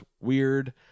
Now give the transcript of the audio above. weird